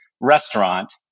restaurant